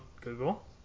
Google